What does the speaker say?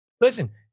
listen